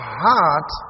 heart